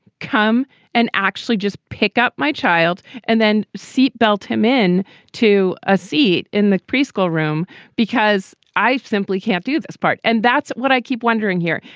come and actually just pick up my child and then seatbelt him in to a seat in the preschool room because i simply can't do this part and that's what i keep wondering here.